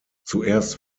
zuerst